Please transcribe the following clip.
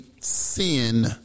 sin